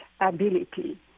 ability